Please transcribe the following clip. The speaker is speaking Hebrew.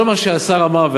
כל מה שהשר אמר,